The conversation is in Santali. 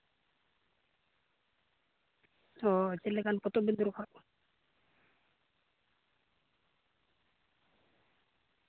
ᱚ ᱪᱮᱫᱞᱮᱠᱟᱱ ᱯᱚᱛᱚᱵ ᱵᱤᱱ ᱫᱚᱨᱠᱟᱨᱟᱜᱼᱟ